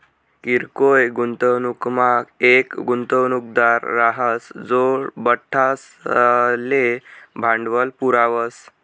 किरकोय गुंतवणूकमा येक गुंतवणूकदार राहस जो बठ्ठासले भांडवल पुरावस